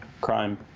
crime